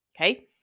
Okay